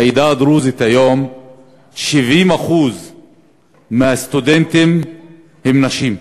בעדה הדרוזית כיום 70% מהסטודנטים הם נשים.